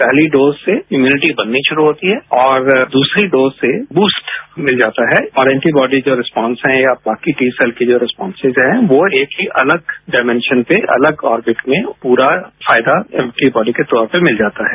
पहली खेज से इम्प्रनिटी बननी झुरू होती है और दूसरी ळोज से ब्रूस्ट मिल जाता है और एंटीबॉजी जो रिसपॉन्स है और बाकी की जो रिस्पॉन्सिज है यो एक ही अलग डाइमेरान पे अलग ऑर्विट में पूरा फायदा एंटीबॉजी के तौर पे मिल जाता है